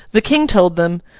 the king told them,